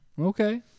okay